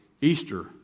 Easter